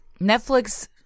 Netflix